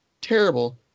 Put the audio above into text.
Terrible